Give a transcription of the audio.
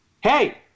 Hey